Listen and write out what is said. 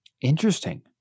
Interesting